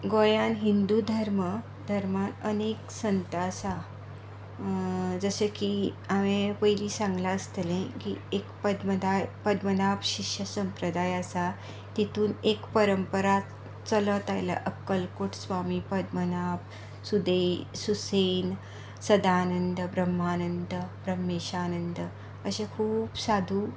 गोंयान हिंदू धर्म धर्मान अनेक संत आसा जशें की हांवें पयलीं सांगलां आसतलें एक की पद्मनाब पद्मनाय शिश्य संप्रदाय आसा तातूंत एक परंपरा चलत आयल्या अक्कलकोट स्वामी पद्मनाब सुदैय सुसैन सदानंद ब्रम्हानंद ब्रम्हेशानंद अशें खूब साधू